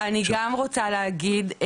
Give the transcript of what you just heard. אני גם רוצה להגיד,